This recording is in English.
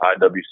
IWC